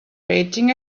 waiting